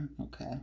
Okay